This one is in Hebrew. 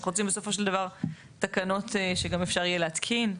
רק רוצים בסופו של דבר תקנות שגם אפשר יהיה להתקין.